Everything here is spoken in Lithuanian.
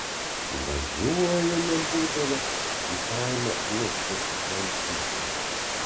važiuojame būdavo į kaimą uošvės aplankyti